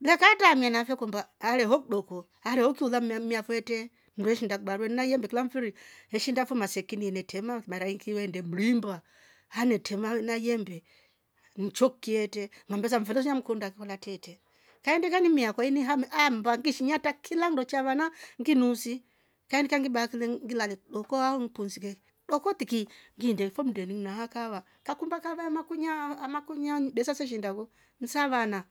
leka atraamie nafe kwamba are ho kidoko are ho kilamla mmi afo etre mndu eshiinda kibarueni na yemebe kila mfiri, eshiinda fo masekini inetrema mara iki eende mriimba hanetrena na yembe nchoki etre mfele so amkunda kama etree te kaindika ni mmi akwa ini ha am- hammba ngiishia tra kila nndo chavana nginuusi, kaindika ngibaki ngilale kidooko au ngipumsike kidooko tiki ngiinde fo mndeni nhaa kaahava, ngakumba kahava ya makunya besa so se shiinda fo nsavana